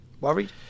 Worried